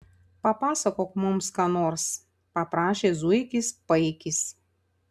papasakok mums ką nors paprašė zuikis paikis